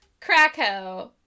Krakow